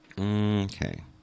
okay